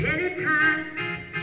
Anytime